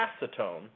acetone